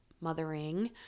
mothering